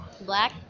Black